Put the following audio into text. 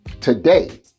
today